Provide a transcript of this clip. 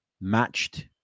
matched